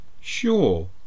Sure